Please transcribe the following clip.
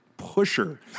pusher